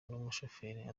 n’umushoferi